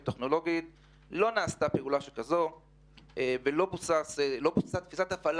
לא נעשתה פעולה שכזו ולא בוצעה הפעלה